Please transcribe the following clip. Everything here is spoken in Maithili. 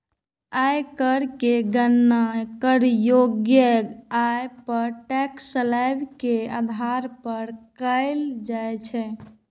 आयकर के गणना करयोग्य आय पर टैक्स स्लेब के आधार पर कैल जाइ छै